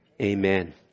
Amen